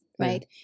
right